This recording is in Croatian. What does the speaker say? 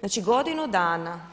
Znači godinu dana,